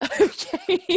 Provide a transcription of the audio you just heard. Okay